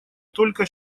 только